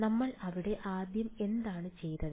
നമ്മൾ അവിടെ ആദ്യം എന്താണ് ചെയ്തത്